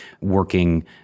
working